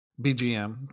bgm